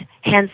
hence